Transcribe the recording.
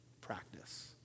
practice